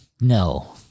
No